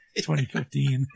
2015